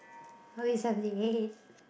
what we selling